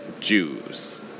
Jews